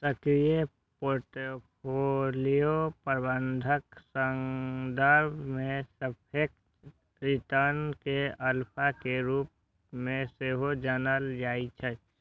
सक्रिय पोर्टफोलियो प्रबंधनक संदर्भ मे सापेक्ष रिटर्न कें अल्फा के रूप मे सेहो जानल जाइ छै